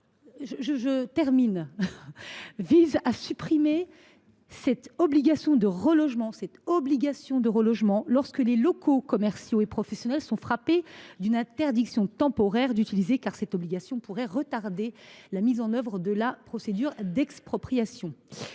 amendements visent à supprimer cette obligation de relogement lorsque les locaux commerciaux et professionnels sont frappés d’une interdiction temporaire d’utiliser, car cette obligation pourrait retarder la mise en œuvre de la procédure d’expropriation